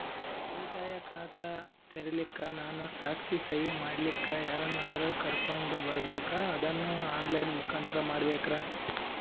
ಉಳಿತಾಯ ಖಾತ ತೆರಿಲಿಕ್ಕಾ ನಾನು ಸಾಕ್ಷಿ, ಸಹಿ ಮಾಡಲಿಕ್ಕ ಯಾರನ್ನಾದರೂ ಕರೋಕೊಂಡ್ ಬರಬೇಕಾ ಅದನ್ನು ಆನ್ ಲೈನ್ ಮುಖಾಂತ್ರ ಮಾಡಬೇಕ್ರಾ?